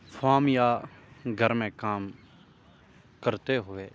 فام یا گھر میں کام کرتے ہوئے